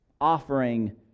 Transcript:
Offering